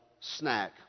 snack